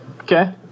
Okay